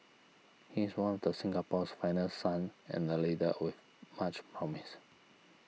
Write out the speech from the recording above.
he is one of the Singapore's finest sons and a leader with much promise